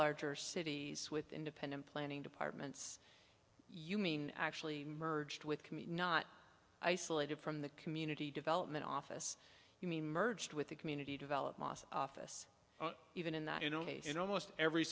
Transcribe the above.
larger cities with independent planning departments you mean actually merged with commute not isolated from the community development office you mean merged with the community development office even in that you know in almost every